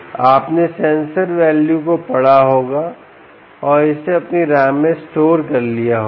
आपने sensor value को पढ़ा होगा और इसे अपनी RAM में स्टोर कर लिया होगा